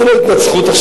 אז זה לא התנצחות עכשיו.